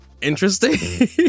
interesting